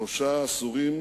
שלושה עשורים